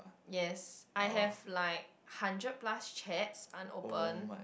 yes I have like hundred plus chats unopened